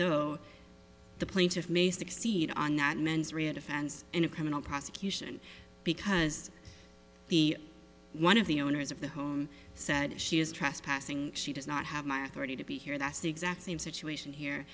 though the plaintiff may sixteen are not men defense in a criminal prosecution because the one of the owners of the home said she is trespassing she does not have my authority to be here that's the exact same situation here